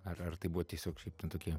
ar ar tai buvo tiesiog šiaip ten tokie